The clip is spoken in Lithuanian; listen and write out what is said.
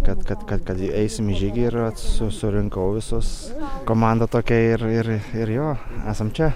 kad kad kad kad įeisim į žygį ir s surinkau visus komanda tokia ir ir ir jo esam čia